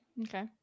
Okay